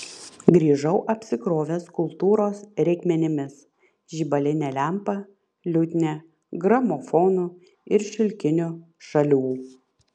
grįžau apsikrovęs kultūros reikmenimis žibaline lempa liutnia gramofonu ir šilkiniu šalių